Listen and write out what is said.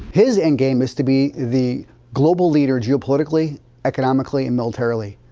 his endgame is to be the global leader geopolitical economically and militarily.